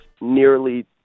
nearly